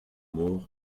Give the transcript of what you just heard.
mor